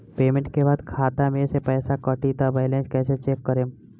Payment के बाद खाता मे से पैसा कटी त बैलेंस कैसे चेक करेम?